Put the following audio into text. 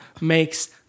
makes